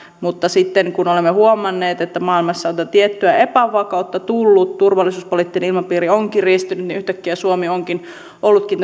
mutta sitten kun olemme huomanneet että maailmassa on tiettyä epävakautta tullut ja turvallisuuspoliittinen ilmapiiri on kiristynyt niin yhtäkkiä suomi on ollutkin